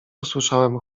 usłyszałem